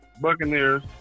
Buccaneers